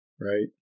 right